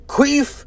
Queef